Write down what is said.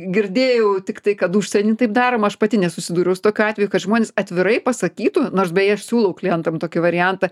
girdėjau tiktai kad užsieny taip daroma aš pati nesusidūriau su tokiu atveju kad žmonės atvirai pasakytų nors beje aš siūlau klientam tokį variantą